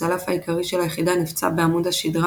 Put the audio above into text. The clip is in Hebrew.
הצלף העיקרי של היחידה נפצע בעמוד השדרה